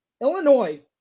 Illinois